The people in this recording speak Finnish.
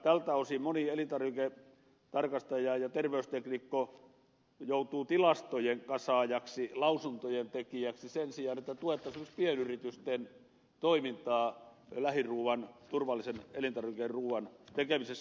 tältä osin moni elintarviketarkastaja ja terveysteknikko joutuu tilastojen kasaajaksi lausuntojen tekijäksi sen sijaan että tuettaisiin esimerkiksi pienyritysten toimintaa lähiruuan turvallisen elintarvikeruuan tekemisessä